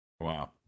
Wow